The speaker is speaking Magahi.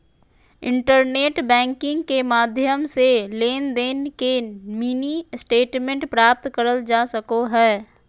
इंटरनेट बैंकिंग के माध्यम से लेनदेन के मिनी स्टेटमेंट प्राप्त करल जा सको हय